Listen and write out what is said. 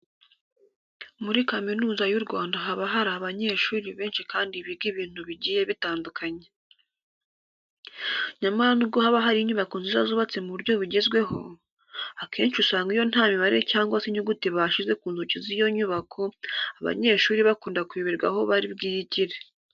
Muri Kaminuza y'u Rwanda haba hari abanyeshuri benshi kandi biga ibintu bigiye bitandukanye. Nyamara nubwo haba hari inyubako nziza zubatse mu buryo bugezweho, akenshi usanga iyo nta mibare cyangwa se inyuguti bashyize ku nzugi z'izo nyubako, abanyeshuri bakunda kuyoberwa aho bari bwigire.